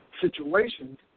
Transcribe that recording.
situations